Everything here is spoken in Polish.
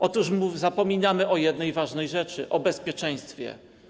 Otóż zapominamy o jednej ważnej rzeczy, o bezpieczeństwie.